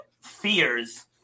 fears